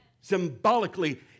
symbolically